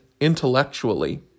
intellectually